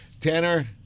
Tanner